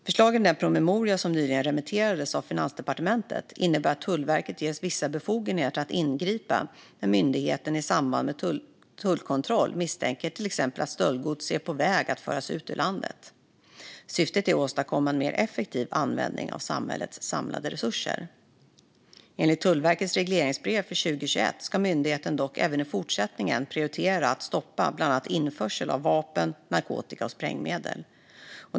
Förslagen i den promemoria som nyligen remitterades av Finansdepartementet innebär att Tullverket ges vissa befogenheter att ingripa när myndigheten i samband med en tullkontroll misstänker till exempel att stöldgods är på väg att föras ut ur landet. Syftet är att åstadkomma en mer effektiv användning av samhällets samlade resurser. Enligt Tullverkets regleringsbrev för 2021 ska myndigheten dock även i fortsättningen prioritera att stoppa bland annat införsel av vapen, narkotika och sprängmedel.